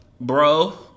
Bro